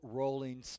rolling